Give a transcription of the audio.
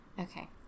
Okay